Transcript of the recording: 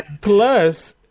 Plus